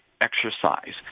exercise